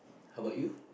how about you